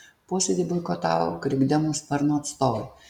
posėdį boikotavo krikdemų sparno atstovai